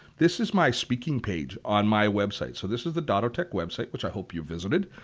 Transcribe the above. this is my speaking page on my website. so this is the dottotech website which i hope you visited.